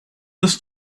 this